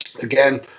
Again